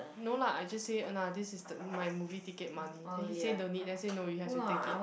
no lah I just say nah this is the my movie ticket money then he said don't need then I say no you have to take it